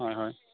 হয় হয়